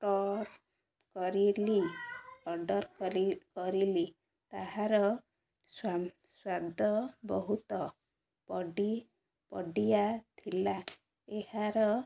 ଅଟର କରିଲି ଅର୍ଡ଼ର କରି କରିଲି ତାହାର ସ୍ୱା ସ୍ୱାଦ ବହୁତ ବଡ଼ି ବଡ଼ିଆ ଥିଲା ଏହାର